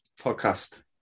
podcast